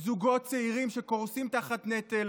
זוגות צעירים שקורסים תחת נטל